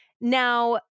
Now